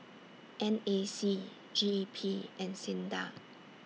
N A C G E P and SINDA